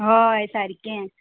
हय सारकें